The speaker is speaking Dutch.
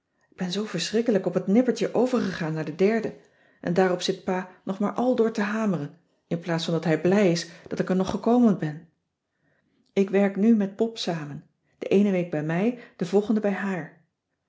k ben zoo verschrikkelijk op het nippertje overgegaan naar de derde en daarop zit pa nog maar aldoor te hameren inplaats dat hij blij is dat ik er nog gekomen ben ik werk nu met pop samen de eene week bij mij de volgende bij haar